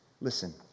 Listen